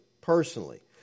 personally